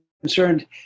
concerned